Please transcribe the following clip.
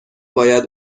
باید